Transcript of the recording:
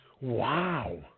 Wow